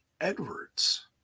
Edwards